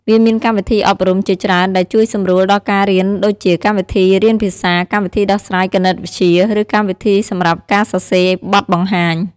វាមានកម្មវិធីអប់រំ ជាច្រើនដែលជួយសម្រួលដល់ការរៀនដូចជា កម្មវិធីរៀនភាសា កម្មវិធីដោះស្រាយគណិតវិទ្យា ឬកម្មវិធីសម្រាប់ការសរសេរបទបង្ហាញ។